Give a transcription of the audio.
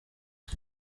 ati